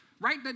right